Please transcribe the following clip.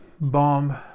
bomb